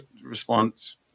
response